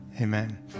Amen